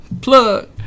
Plug